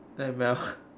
M_L